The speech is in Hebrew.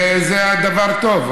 וזה היה דבר טוב,